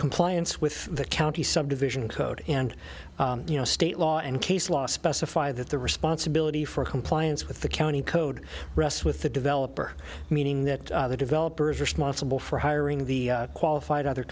compliance with the county subdivision code and you know state law and case law specify that the responsibility for compliance with the county code rests with the developer meaning that the developer is responsible for hiring the qualified other